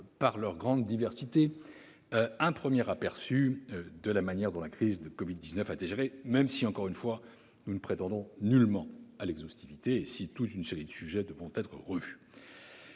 permettent donc d'avoir un premier aperçu de la manière dont la crise du covid-19 a été gérée, même si, encore une fois, nous ne prétendons nullement à l'exhaustivité et si un grand nombre de sujets doivent être revus.